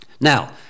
Now